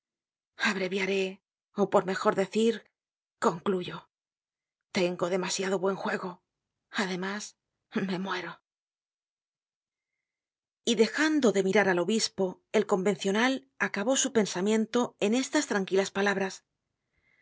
madre abreviaré ó por mejor decir concluyo tengo demasiado buen juego además me muero y dejando de mirar al obispo el convencional acabó su pensamiento en estas tranquilas palabras